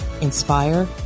inspire